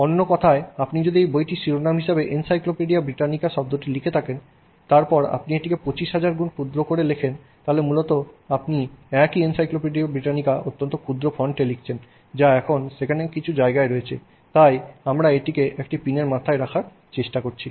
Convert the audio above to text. অন্য কথায় আপনি যদি বইটির শিরোনাম হিসাবে এনসাইক্লোপিডিয়া ব্রিটানিকা শব্দটি লিখে থাকেন তারপর আপনি এটি 25000 গুন ক্ষুদ্র করে লিখেন তাহলে মূলত আপনি একই এনসাইক্লোপিডিয়া ব্রিটানিকা অত্যন্ত ক্ষুদ্র ফন্টে লিখেছেন যা এখন সেখানে কিছু জায়গায় রয়েছে তাই আমরা এটিকে একটি পিনের মাথায় রাখার চেষ্টা করছি